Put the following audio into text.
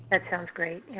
that sounds great,